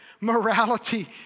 morality